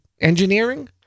engineering